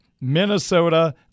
Minnesota